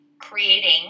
creating